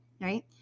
Right